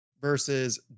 versus